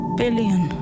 billion